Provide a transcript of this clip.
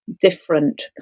different